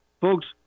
Folks